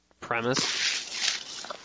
premise